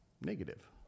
negative